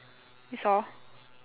that's all